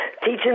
teaching